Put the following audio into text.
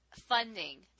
funding